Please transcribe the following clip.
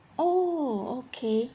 oh okay